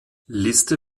liste